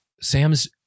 Sam's